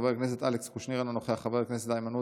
חברת הכנסת מירב כהן,